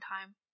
time